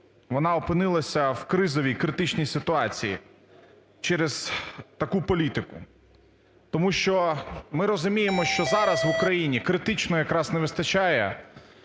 вона опинилась в кризовій, критичній ситуації через таку політику. Тому що ми розуміємо, що зараз в Україні критично якраз не вистачає